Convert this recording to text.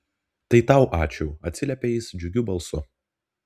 tai tau ačiū atsiliepia jis džiugiu balsu